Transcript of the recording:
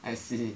oh I see